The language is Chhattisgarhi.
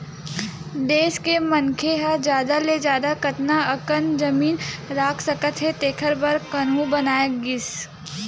देस के मनखे ह जादा ले जादा कतना अकन जमीन राख सकत हे तेखर बर कान्हून बनाए गिस